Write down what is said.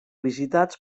visitats